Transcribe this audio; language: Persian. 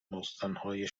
استانهای